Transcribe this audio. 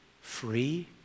free